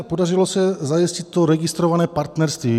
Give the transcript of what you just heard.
Podařilo se zajistit to registrované partnerství.